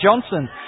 johnson